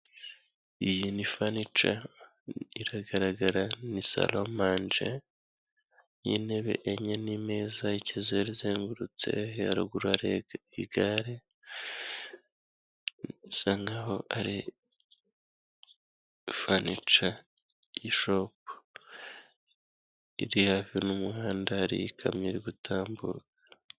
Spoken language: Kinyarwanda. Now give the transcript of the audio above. Iyi ni fanica iragaragara, ni salamanje y'intebe enye n'imeza y'ikizeru izengurutse, haruguru hari igare, bisa nkaho ari fanica y'ishopu. Iri hafi n'umuhanda hariho ikamyo iri gutambuka.